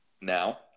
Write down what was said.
now